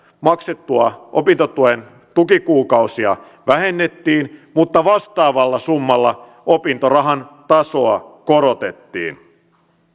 maksettavia opintotuen tukikuukausia vähennettiin mutta vastaavalla summalla opintorahan tasoa korotettiin